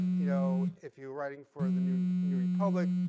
you know, if you're writing for the new new republic,